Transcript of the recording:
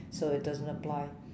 so it doesn't apply